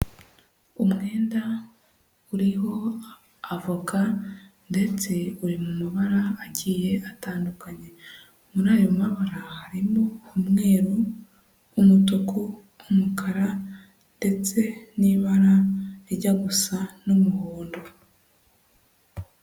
Umwenda uriho avoka ndetse uri mu mabara agiye atandukanye, muri ayo mabara harimo umweru, umutuku, umukara ndetse n'ibara rijya gusa n'umuhondo.